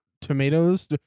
tomatoes